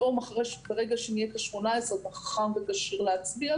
פתאום ברגע שנהיית 18, אתה חכם וכשיר להצביע?